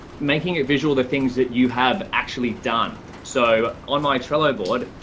making it visual the things that you have actually done. so on my trello board,